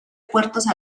puertos